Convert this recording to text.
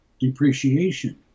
depreciation